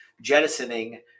jettisoning